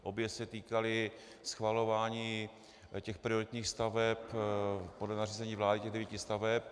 Obě se týkaly schvalování prioritních staveb podle nařízení vlády, těch devíti staveb.